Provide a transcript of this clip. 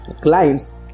clients